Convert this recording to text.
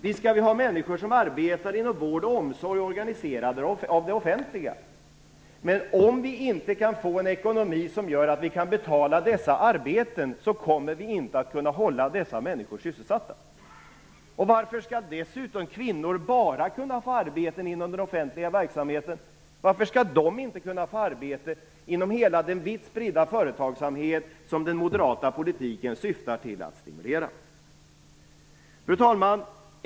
Visst skall vi ha människor som arbetar inom vård och omsorg som är organiserad av det offentliga. Men om vi inte kan få en ekonomi som gör att vi kan betala dessa arbeten kommer vi inte att kunna hålla dessa människor sysselsatta. Dessutom; varför skall kvinnor bara kunna få arbeten inom den offentliga verksamheten? Varför skall de inte kunna få arbeten inom hela den vitt spridda företagsamhet som den moderata politiken syftar till att stimulera? Fru talman!